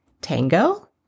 Tango